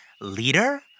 leader